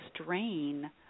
strain